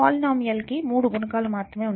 polynomial కి మూడు గుణకాలు మాత్రమే ఉన్నాయి